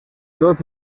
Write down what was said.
tots